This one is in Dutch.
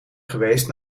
geweest